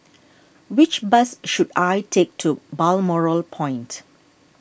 which bus should I take to Balmoral Point